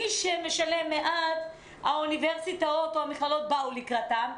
מי שמשלם מעט האוניברסיטאות או המכללות באו לקראתם,